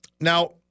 Now